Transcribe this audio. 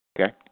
Okay